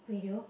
radio